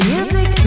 Music